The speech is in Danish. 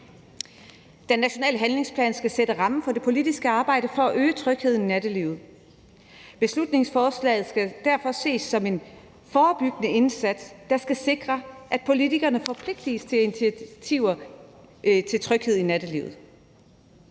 Den nationale handlingsplan skal sætte rammen for det politiske arbejde for at øge trygheden i nattelivet. Beslutningsforslaget skal derfor ses som en forebyggende indsats, der skal sikre, at politikerne forpligtes til at tage initiativer til tryghed i nattelivet.